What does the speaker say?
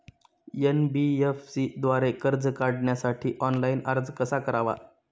NBFC द्वारे कर्ज काढण्यासाठी ऑनलाइन अर्ज कसा करावा?